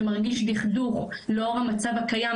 שמרגיש דכדוך לאור המצב הקיים,